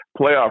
playoff